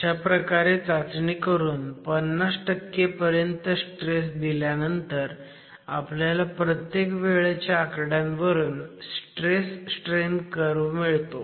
अशा प्रकारे चाचणी करून 50 पर्यंत स्ट्रेस दिल्यानंतर आपल्याला प्रत्येक वेळेच्या आकड्यांवरून स्ट्रेस स्ट्रेन कर्व्ह मिळतो